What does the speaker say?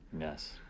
Yes